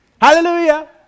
hallelujah